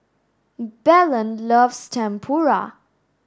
Belen loves Tempura